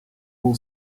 will